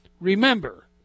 remember